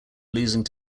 losing